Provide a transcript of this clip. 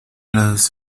las